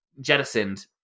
jettisoned